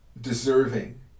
deserving